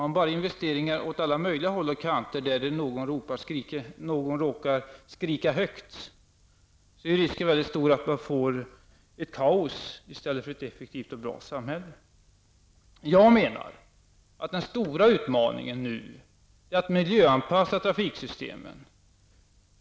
Om man investerar åt höger och vänster där någon råkar skrika högt, är risken stor för kaos i stället för ett effektivt och bra samhälle. Jag menar att den stora utmaningen nu är att miljöanpassa trafiksystemen.